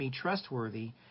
trustworthy